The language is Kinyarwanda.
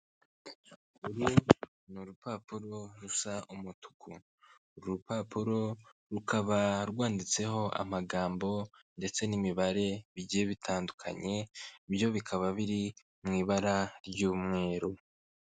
Uru ni urupapuro rusa umutuku, uru rupapuro rukaba rwanditseho amagambo ndetse n'imibare bigiye bitandukanye, byo bikaba biri mu ibara ry'umweru.